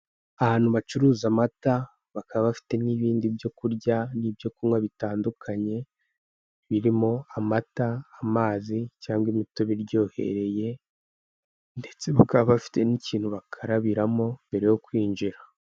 Ahantu bacuruza amata bakaba bafite n'ibindi byo kurya n'ibyo kunywa bitandukanye birimo amata, amazi cyangwa imitobe iryohereye ndetse bakaba bafite n'ikintu bakarabiramo mbere yo kwinjira.